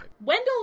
Wendell